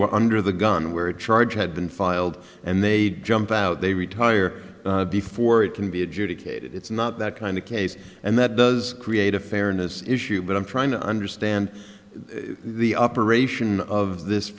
were under the gun where a charge had been filed and they'd jump out they retire before it can be adjudicated it's not that kind of case and that does create a fairness issue but i'm trying to understand the operation of this